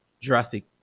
jurassic